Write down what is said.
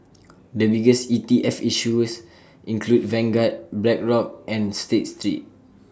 the biggest E T F issuers include Vanguard Blackrock and state street